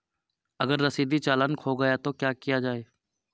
अगर रसीदी चालान खो गया तो क्या किया जाए?